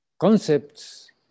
concepts